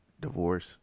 divorce